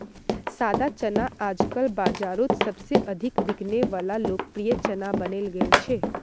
सादा चना आजकल बाजारोत सबसे अधिक बिकने वला लोकप्रिय चना बनने गेल छे